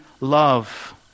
love